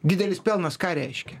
didelis pelnas ką reiškia